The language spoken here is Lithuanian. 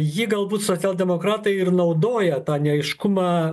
jį galbūt socialdemokratai ir naudoja tą neaiškumą